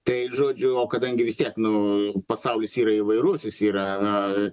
tai žodžiu o kadangi vis tiek nu pasaulis yra įvairus jis yra na